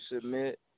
submit